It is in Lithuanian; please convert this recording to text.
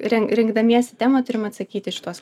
rin rinkdamiesi temą turim atsakyti į šituos